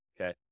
Okay